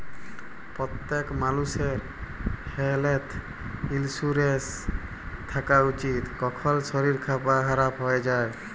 প্যত্তেক মালুষের health insurance থ্যাকা উচিত, কখল শরীর খারাপ হয়ে যায়